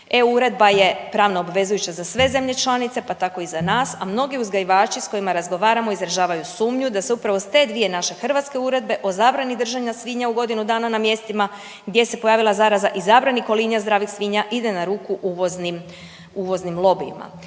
EU uredba je pravno obvezujuća za sve zemlje članice, pa tako i za nas, a mnogi uzgajivači sa kojima razgovaramo izražavaju sumnju da se upravo sa te dvije naše hrvatske uredbe o zabrani držanja svinja u godinu dana na mjestima gdje se pojavila zaraza i zabrani kolinja zdravih svinja ide na ruku uvoznim lobijima.